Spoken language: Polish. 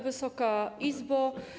Wysoka Izbo!